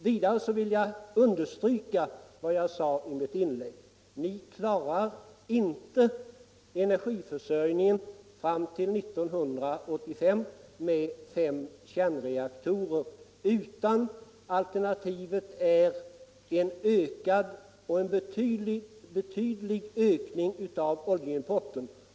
Vidare vill jag understryka vad jag sade i mitt inlägg: Ni klarar inte energiförsörjningen fram till 1985 med fem kärnreaktorer, utan alternativet är en betydlig ökning av oljeimporten.